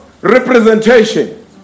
representation